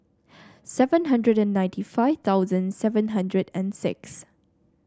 seven hundred ninety five thousand seven hundred and six